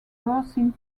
piercing